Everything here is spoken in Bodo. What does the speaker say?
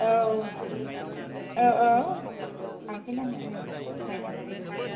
औ औ औ लांफैनांगोन खमायनो हानाय नङा